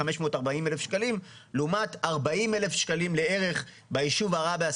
540,000 שקלים לעומת 40,000 שקלים לערך בישוב עראבה הסמוך.